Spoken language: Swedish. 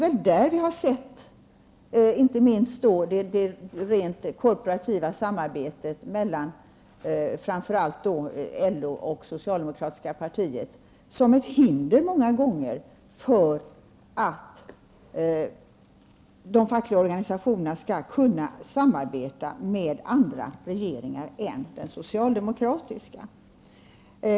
Vi har där sett, det rent korporativa samarbetet mellan framför allt LO och socialdemokratiska partiet många gånger som ett hinder för att de fackliga organisationerna skall kunna samarbeta med andra regeringar än den socialdemokratiska.